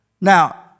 Now